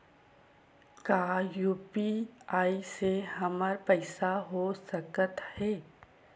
का यू.पी.आई से हमर पईसा हो सकत हे?